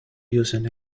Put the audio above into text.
using